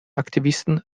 aktivisten